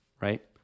right